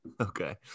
Okay